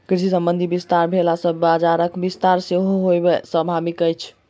कृषि संबंधी विस्तार भेला सॅ बजारक विस्तार सेहो होयब स्वाभाविक अछि